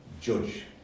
judge